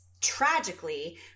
tragically